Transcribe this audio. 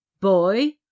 Boy